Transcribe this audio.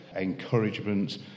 encouragement